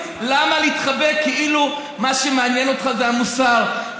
למה להתחבא כאילו מה שמעניין אותך זה המוסר?